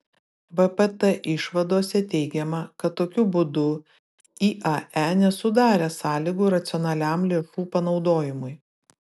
vpt išvadose teigiama kad tokiu būdu iae nesudarė sąlygų racionaliam lėšų panaudojimui